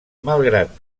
malgrat